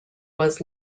was